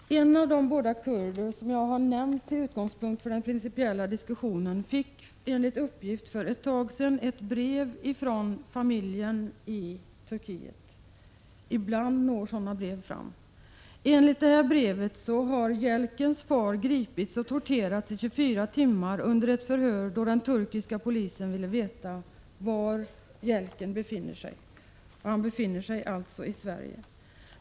Herr talman! En av de båda kurder som jag har tagit till utgångspunkt för den principiella diskussionen fick enligt uppgift för ett tag sedan ett brev från sin familj i Turkiet — ibland når sådana brev fram. Enligt brevet har Yelkens far gripits och torterats i 24 timmar under förhör, då den turkiska polisen ville veta var Yelken befinner sig. Han befinner sig alltså i Sverige.